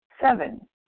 Seven